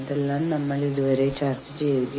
ഇതാണ് പരിഹരിക്കപ്പെടാത്തത്